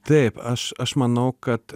taip aš aš manau kad